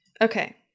Okay